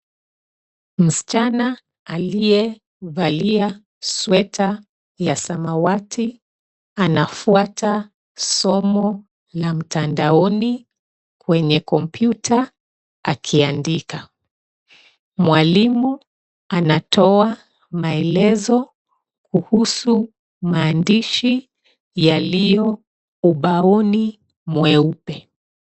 Msichana aliye valia sweta ya samawati anafuata somo la mtandaoni kwenye kompyuta akiandika. Mwalimu anatoa maelezo kuhusu maandishi yaliyo ubaoni mweupe.